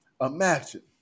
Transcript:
Imagine